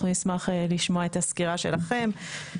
אנחנו נשמח לשמוע את הסקירה שלכם,